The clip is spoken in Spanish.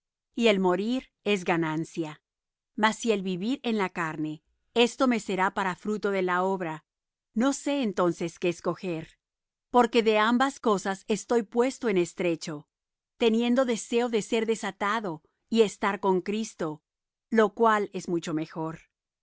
y el morir es ganancia mas si el vivir en la carne esto me será para fruto de la obra no sé entonces qué escoger porque de ambas cosas estoy puesto en estrecho teniendo deseo de ser desatado y estar con cristo lo cual es mucho mejor